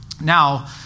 Now